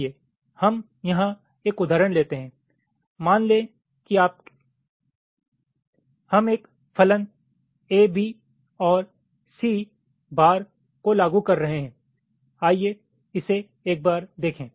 आइए हम यहां एक उदाहरण लेते हैं मान लें कि हम एक फलन ab ∨ c को लागू कर रहे हैं आइए ईसे एक बार देखें